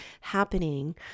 happening